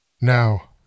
Now